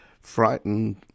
frightened